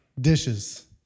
Dishes